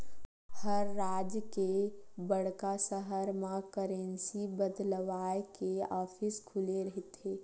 हर राज के बड़का सहर म करेंसी बदलवाय के ऑफिस खुले रहिथे